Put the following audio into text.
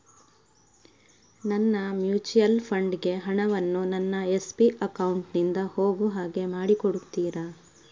ನನ್ನ mutual fund ಗೆ ಹಣ ವನ್ನು ನನ್ನ ಎಸ್.ಬಿ ಅಕೌಂಟ್ ನಿಂದ ಹೋಗು ಹಾಗೆ ಮಾಡಿಕೊಡುತ್ತೀರಾ?